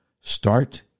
start